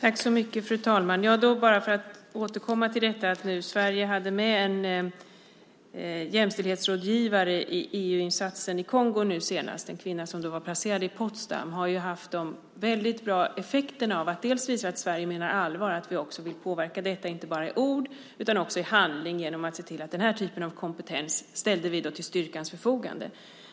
Fru talman! Låt mig återkomma till detta att Sverige hade med en jämställdhetsrådgivare i EU-insatsen i Kongo nu senast. Det var en kvinna som var placerad i Potsdam. Det har haft väldigt bra effekt. Det visar att Sverige menar allvar och att vi också vill påverka detta inte bara i ord utan också i handling genom att ställa den här typen av kompetens till styrkans förfogande.